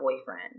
boyfriend